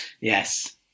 Yes